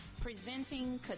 presenting